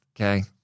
okay